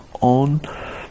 on